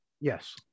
Yes